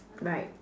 right